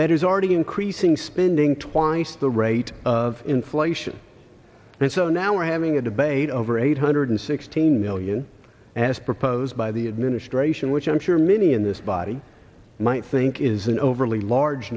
that is already increasing spending twice the rate of inflation and so now we're having a debate over eight hundred sixteen million as proposed by the administration which i'm sure many in this body might think is an overly large